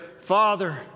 Father